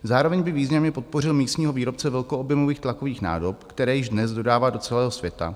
Zároveň by významně podpořil místního výrobce velkoobjemových tlakových nádob, které již dnes dodává do celého světa.